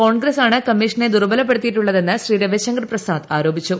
കോൺഗ്രസാണ് കമ്മീഷനെ ദുർബ്ബലപ്പെടുത്തിയിട്ടുള്ളതെന്ന് ശ്രീ രവിശങ്കർ പ്രസാദ് ആരോപിച്ചു